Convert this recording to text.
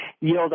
yield